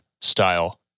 style